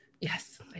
Yes